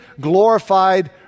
glorified